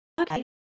Okay